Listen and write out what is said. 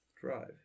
drive